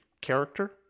character